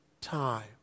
time